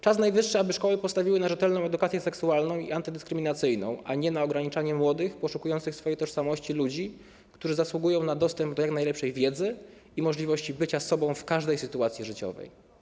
Czas najwyższy, aby szkoły postawiły na rzetelną edukację seksualną i antydyskryminacyjną, a nie na ograniczanie młodych, poszukujących swojej tożsamości ludzi, którzy zasługują na dostęp do jak najlepszej wiedzy i możliwość bycia sobą w każdej sytuacji życiowej.